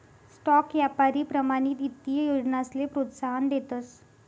stock यापारी प्रमाणित ईत्तीय योजनासले प्रोत्साहन देतस